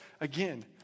Again